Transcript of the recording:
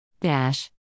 Dash